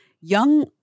young